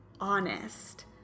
honest